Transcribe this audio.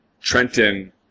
Trenton